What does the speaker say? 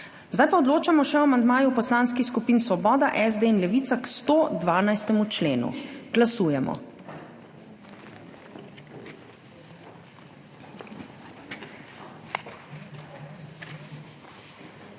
Najprej odločamo o amandmaju poslanskih skupin Svoboda, SD in Levica, k 13. členu. Glasujemo.